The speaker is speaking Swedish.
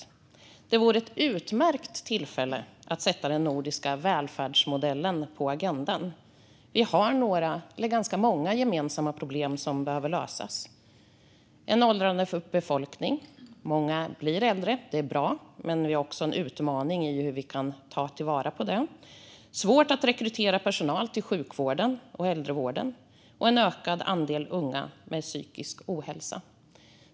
Det vore ett utmärkt tillfälle att sätta den nordiska välfärdsmodellen på agendan. Vi har några - eller ganska många - gemensamma problem som behöver lösas. Vi har en åldrande befolkning. Många blir äldre; det är bra. Men vi har också en utmaning i hur vi kan ta vara på detta. Det är svårt att rekrytera personal till sjukvården och äldrevården, och vi har en ökad andel unga med psykisk ohälsa.